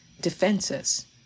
defenses